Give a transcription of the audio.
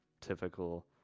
typical